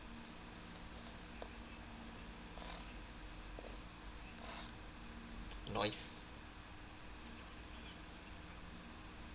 noice